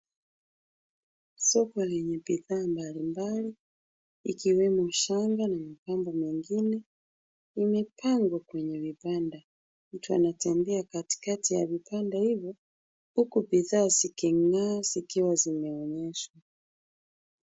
Soko lenye bidhaa mbalimbali ikiwemo shanga na mapambo mengine imepangwa kwenye vibanda. Mtu anatembea katikati ya vibanda hivyo huku bidhaa ziking'aa zikiwa zimeonyeshwa.